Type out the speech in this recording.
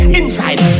inside